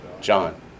John